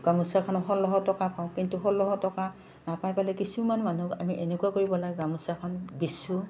গামোচাখন ষোল্লশ টকা পাওঁ কিন্তু ষোল্লশ টকা নাপাই পেলাই কিছুমান মানুহক আমি এনেকুৱা কৰিব লাগে গামোচাখন বেচোঁ